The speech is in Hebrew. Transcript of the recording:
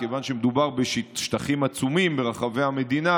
כיוון שמדובר בשטחים עצומים ברחבי המדינה,